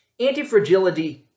Antifragility